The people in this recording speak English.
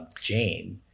Jane